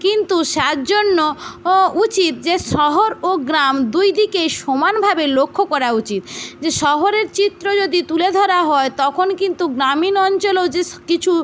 কিন্তু তার জন্য ও উচিত যে শহর ও গ্রাম দুই দিকেই সমানভাবে লক্ষ্য করা উচিত যে শহরের চিত্র যদি তুলে ধরা হয় তখন কিন্তু গ্রামীণ অঞ্চলেও যে বেশ কিছু